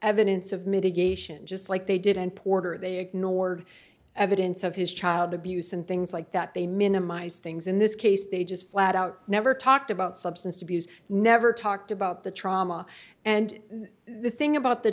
mitigation just like they did in porter they ignored evidence of his child abuse and things like that they minimize things in this case they just flat out never talked about substance abuse never talked about the trauma and the thing about the